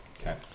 Okay